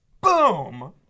boom